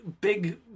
big